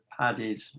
padded